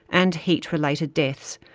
and heat-related deaths,